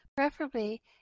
preferably